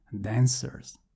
dancers